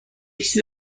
چیز